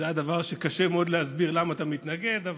זה היה דבר שקשה היה מאוד להסביר למה אתה מתנגד לו,